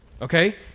Okay